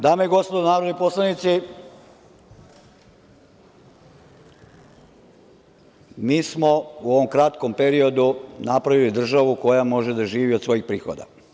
Dame i gospodo narodni poslanici, mi smo u ovom kratkom periodu napravili državu koja može da živo od svojih prihoda.